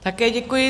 Také děkuji.